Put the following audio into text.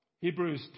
Hebrews